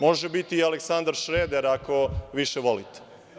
Može biti i Aleksandar Šreder, ako više volite.